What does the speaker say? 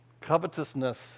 Covetousness